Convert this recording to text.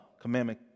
commandment